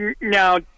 Now